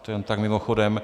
To jen tak mimochodem.